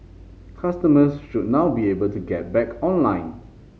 customers should now be able to get back online